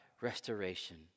restoration